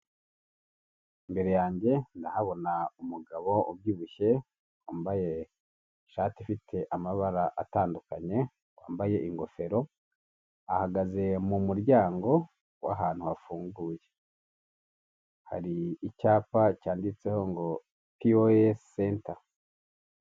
Imbere yanjye ndahabona umugabo ubyibushye, wambaye ishati ifite amabara atandukanye, wambaye ingofero, ahagaze mu muryango w'ahantu hafunguye, hari icyapa cyanditseho ngo piwoyesi senta.